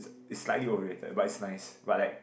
it's slightly overrated but it's nice but like